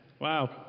Wow